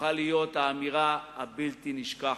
הפכה להיות אמירה בלתי נשכחת: